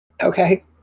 Okay